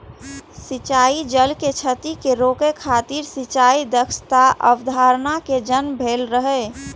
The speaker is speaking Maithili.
सिंचाइ जल के क्षति कें रोकै खातिर सिंचाइ दक्षताक अवधारणा के जन्म भेल रहै